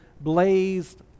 blazed